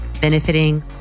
benefiting